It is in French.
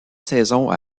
saison